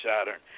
Saturn